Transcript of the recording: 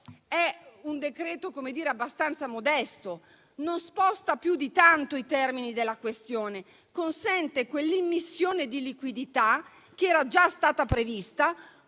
votazione è abbastanza modesto. Non sposta più di tanto i termini della questione; consente l'immissione di liquidità che era già stata prevista,